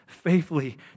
faithfully